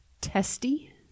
testy